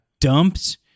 dumped